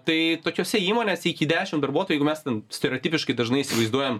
tai tokiose įmonėse iki dešimt darbuotojų jeigu mes ten stereotipiškai dažnai įsivaizduojam